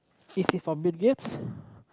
it is from Bill-Gates